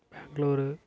Bengaluru